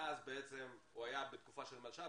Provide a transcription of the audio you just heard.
ואז בעצם הוא היה בתקופה של מלש"ב,